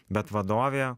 bet vadovė